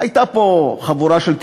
הייתה פה חבורה של תקשורת.